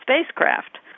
spacecraft